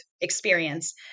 experience